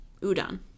udon